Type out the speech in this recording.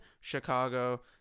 Chicago